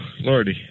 lordy